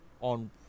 on